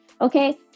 Okay